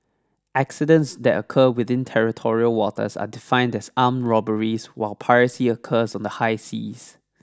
accidents that occur within territorial waters are defined as armed robberies while piracy occurs on the high seas